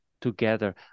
together